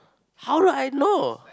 how would I know